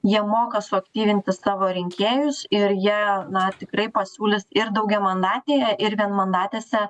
jie moka suaktyvinti savo rinkėjus ir jie na tikrai pasiūlys ir daugiamandatėje ir vienmandatėse